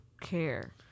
care